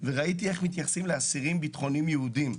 וראיתי איך מתייחסים לאסירים ביטחוניים יהודים.